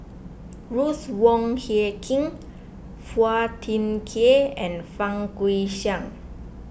Ruth Wong Hie King Phua Thin Kiay and Fang Guixiang